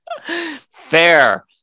fair